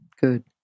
good